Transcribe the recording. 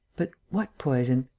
but what poison.